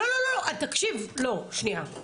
לא, לא, תקשיב, שנייה.